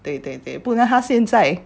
对对对不然他现在